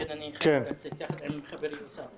לכן אני חייב לצאת יחד עם חברי אוסאמה.